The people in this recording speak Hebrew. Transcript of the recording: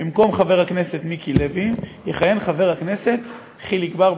במקום חבר הכנסת מיקי לוי יכהן חבר הכנסת חיליק בר,